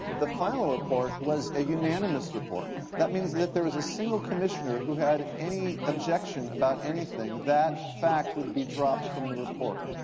the final report was a unanimous report. that means that if there was a single commissioner who had any objection about anything, that fact would be dropped from the report.